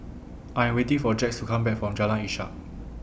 I Am waiting For Jax to Come Back from Jalan Ishak